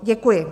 Děkuji.